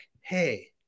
hey